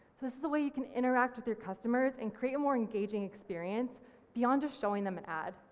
this is the way you can interact with your customers and create a more engaging experience beyond just showing them an ad,